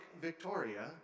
victoria